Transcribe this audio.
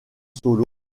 solo